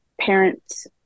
parent's